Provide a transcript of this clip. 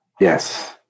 Yes